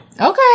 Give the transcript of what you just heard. okay